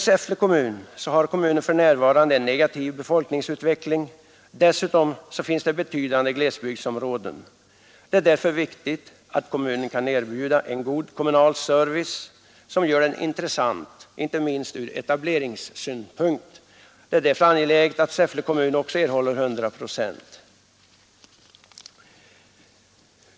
Säffle kommun har för närvarande en negativ befolkningsutveckling; dessutom finns det betydande glesbygdsområden. Det är därför viktigt att kommunen kan erbjuda en god kommunal service, som gör den intressant, inte minst ur etableringssynpunkt. Det är därför angeläget att Säffle kommun också erhåller 100 procent.